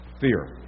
Fear